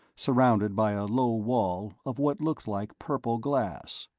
surrounded by a low wall of what looked like purple glass.